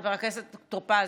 חבר הכנסת טור פז,